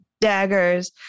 daggers